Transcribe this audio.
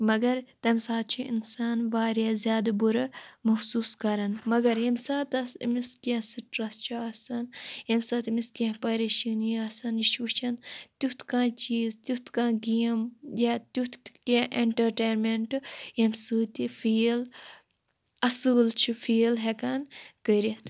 مگر تَمہِ سات چھُ اِنسان واریاہ زیادٕ بُرٕ موٚحسوٗس کَرَن مگر ییٚمہِ ساتَس أمس کیٚنٛہہ سِٹرٛٮ۪س چھُ آسان ییٚمہِ سات أمِس کیٚنٛہہ پریشٲنی آسان یہِ چھُ وٕچھان تیُتھ کانٛہہ چیٖز تیُتھ کانٛہہ گیم یا تیُتھ کیٛنٛہہ اٮ۪نٹَرٹینمنٹ ییٚمہِ سۭتۍ یہِ فیٖل اَصۭل چھُ فیٖل ہٮ۪کان کٔرِتھ